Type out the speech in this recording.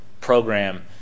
program